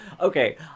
okay